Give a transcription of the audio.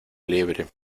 liebre